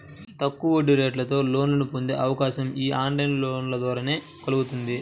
తక్కువ వడ్డీరేటుతో లోన్లను పొందే అవకాశం యీ ఆన్లైన్ లోన్ల ద్వారా కల్గుతుంది